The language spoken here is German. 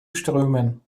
strömen